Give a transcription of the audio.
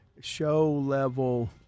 show-level